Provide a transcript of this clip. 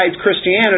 Christianity